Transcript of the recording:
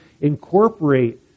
incorporate